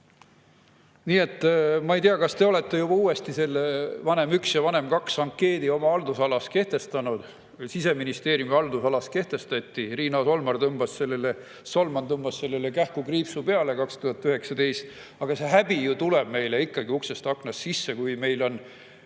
Ma ei tea, kas te olete juba uuesti selle vanem 1 ja vanem 2 ankeedi oma haldusalas kehtestanud. Siseministeeriumi haldusalas kehtestati, Riina Solman tõmbas sellele 2019 kähku kriipsu peale. Aga see häbi tuleb ju ikka meile uksest ja aknast sisse. Kui meil on